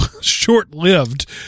short-lived